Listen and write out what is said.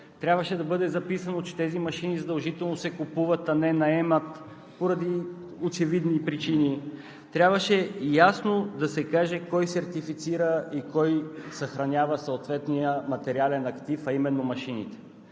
трябваше да бъде записано, че тези машини задължително се купуват, а не наемат, поради очевидни причини; трябваше ясно да се каже кой сертифицира и кой съхранява съответния материален актив, а именно машините.